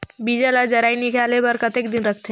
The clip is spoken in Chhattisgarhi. बीजा ला जराई निकाले बार कतेक दिन रखथे?